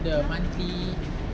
the monthly